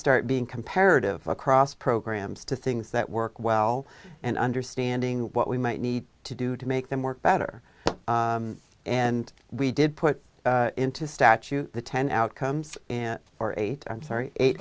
start being comparative across programs to things that work well and understanding what we might need to do to make them work better and we did put into statute the ten outcomes or eight i'm sorry eight